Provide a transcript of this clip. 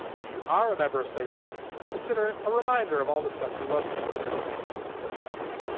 if you are a member of slate plus, consider it a reminder of all the stuff you loved best over the course of the year.